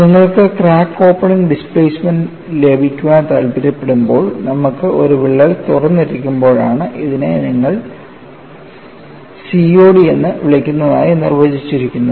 നിങ്ങൾക്ക് crack opening displacement ലഭിക്കാൻ താൽപ്പര്യപ്പെടുമ്പോൾ നമുക്ക് ഒരു വിള്ളൽ തുറന്നിരിക്കുമ്പോഴാണ് ഇതിനെ നിങ്ങൾ COD എന്ന് വിളിക്കുന്നതായി നിർവചിച്ചിരിക്കുന്നത്